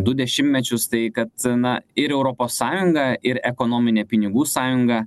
du dešimtmečius tai kad na ir europos sąjunga ir ekonominė pinigų sąjunga